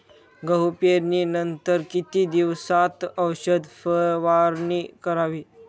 गहू पेरणीनंतर किती दिवसात औषध फवारणी करावी?